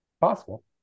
Possible